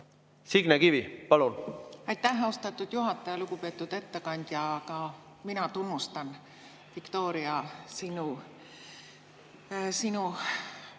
Signe Kivi, palun! Aitäh, austatud juhataja! Lugupeetud ettekandja! Ka mina tunnustan, Viktoria, sinu